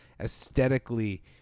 aesthetically